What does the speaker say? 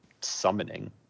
summoning